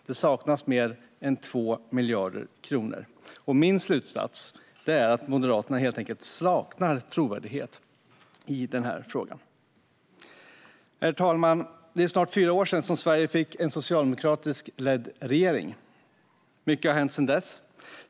Det saknas mer än 2 miljarder kronor. Min slutsats är att Moderaterna helt saknar trovärdighet i denna fråga. Herr talman! Det är snart fyra år sedan Sverige fick en socialdemokratiskt ledd regering. Mycket har hänt sedan dess.